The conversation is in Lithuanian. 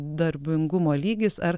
darbingumo lygis ar